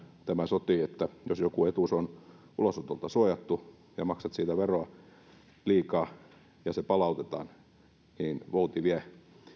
tämä sotii että jos joku etuus on ulosotolta suojattu ja maksat siitä veroa liikaa ja se palautetaan niin vouti vie